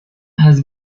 has